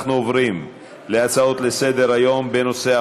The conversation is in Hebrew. אנחנו עוברים להצעות לסדר-היום בנושא: